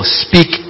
speak